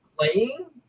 playing